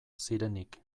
zirenik